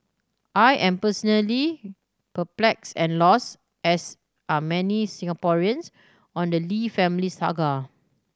I am personally perplexed and lost as are many Singaporeans on the Lee family saga